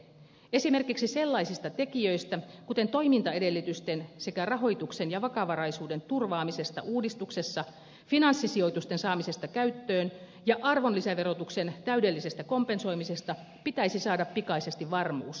esimerkiksi sellaisista tekijöistä kuin toimintaedellytysten sekä rahoituksen ja vakavaraisuuden turvaamisesta uudistuksessa finanssisijoitusten saamisesta käyttöön ja arvonlisäverotuksen täydellisestä kompensoimisesta pitäisi saada pikaisesti varmuus